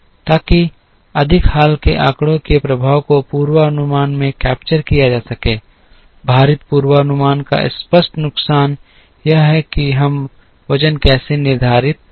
ताकि अधिक हाल के आंकड़ों के प्रभाव को पूर्वानुमान में कैप्चर किया जा सके भारित पूर्वानुमान का स्पष्ट नुकसान यह है कि हम वज़न कैसे निर्धारित करते हैं